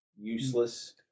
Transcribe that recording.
useless